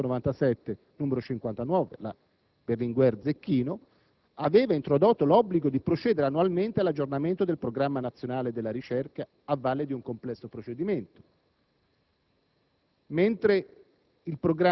a norma della legge del 15 marzo 1997, n. 59 (la cosiddetta legge Berlinguer-Zecchino), aveva introdotto l'obbligo di procedere annualmente all'aggiornamento del Programma nazionale della ricerca a valle di un complesso procedimento;